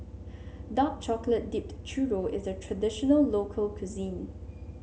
Dark Chocolate Dipped Churro is a traditional local cuisine